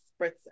spritzer